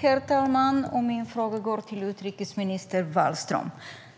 Herr talman! Min fråga går till utrikesminister Wallström.